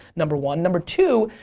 number one. number two,